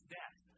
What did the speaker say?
death